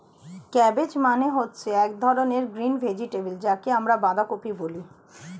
cabbage মানে হচ্ছে এক ধরনের গ্রিন ভেজিটেবল যাকে আমরা বাঁধাকপি বলি